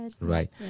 right